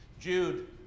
Jude